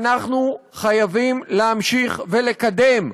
אנחנו חייבים להמשיך ולקדם,